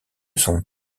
son